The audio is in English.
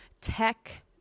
tech